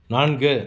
நான்கு